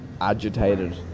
agitated